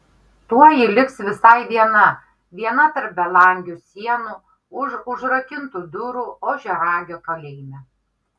tuoj ji liks visai viena viena tarp belangių sienų už užrakintų durų ožiaragio kalėjime